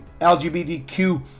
LGBTQ